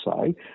say